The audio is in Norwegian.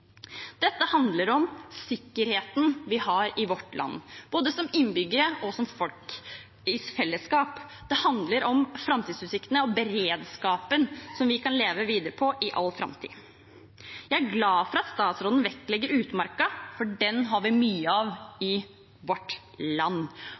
Dette handler om sikkerheten vi har i vårt land, både som innbyggere og som folk i fellesskap. Det handler om framtidsutsiktene og beredskapen som vi kan leve videre på i all framtid. Jeg er glad for at statsråden vektlegger utmarka, for den har vi mye av